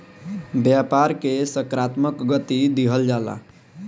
व्यापार के सकारात्मक गति दिहल जाला